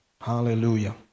Hallelujah